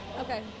Okay